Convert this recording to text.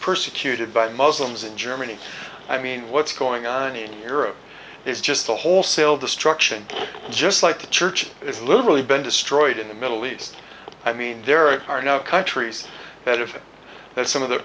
persecuted by muslims in germany i mean what's going on in europe is just a wholesale destruction just like the church is literally been destroyed in the middle east i mean there are no countries benefit but some of the